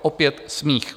Opět smích.